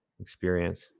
experience